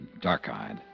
dark-eyed